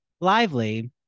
lively